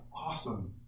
awesome